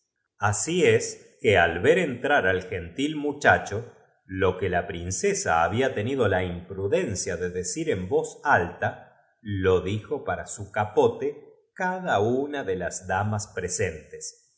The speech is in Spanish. así es que al ver entrar al gentil muchaá dejar el honor de la boda y el provecho cho lo que la princesa babia tenido in de sucesión al trono á quien quisiera acep imprudencia de decir en voz alta lo dijo tarlos no hay que decir que el astrólogo para su capote cada una de las damas prey